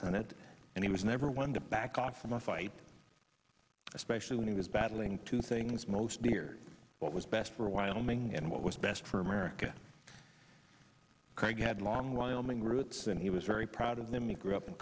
senate and he was never one to back off from a fight especially when he was battling two things most dear what was best for wyoming and what was best for america craig had long wyoming roots and he was very proud of them and grew up in